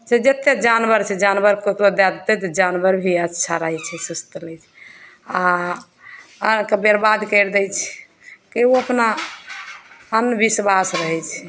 से जतेक जानवर छै जानवर कऽ ओकरा दै देतै तऽ जानवर भी अच्छा रहै छै स्वस्थ रहै छै आ अन्न कऽ बरबाद करि दै छै कि ओ अपना अन्धबिश्वास रहैत छै